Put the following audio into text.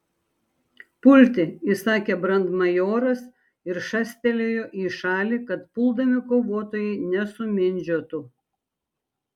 pulti įsakė brandmajoras ir šastelėjo į šalį kad puldami kovotojai nesumindžiotų